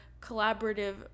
collaborative